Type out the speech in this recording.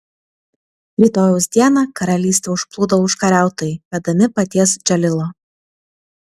rytojaus dieną karalystę užplūdo užkariautojai vedami paties džalilo